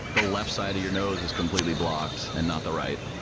the left side of your nose is completely blocked and not the right,